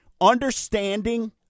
understanding